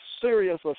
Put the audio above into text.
serious